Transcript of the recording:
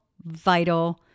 vital